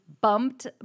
bumped